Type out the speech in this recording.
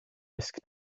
risk